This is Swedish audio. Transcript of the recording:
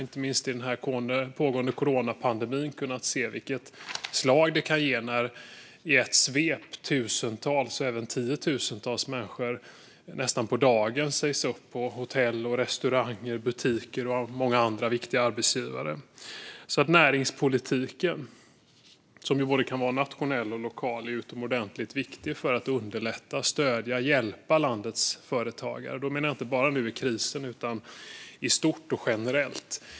Inte minst i denna pågående coronapandemi har vi kunnat se vilket slag det kan ge när tusentals, till och med tiotusentals, människor nästan på dagen sägs upp på hotell, på restauranger, i butiker och hos många andra viktiga arbetsgivare. Näringspolitiken, som kan vara både nationell och lokal, är alltså utomordentligt viktig för att underlätta, stödja och hjälpa landets företagare. Då menar jag inte bara nu i krisen utan i stort och generellt.